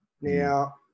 now